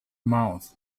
mouth